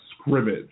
scrimmage